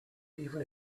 even